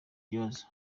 kibazo